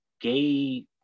gay